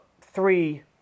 three